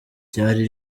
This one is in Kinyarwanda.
ryari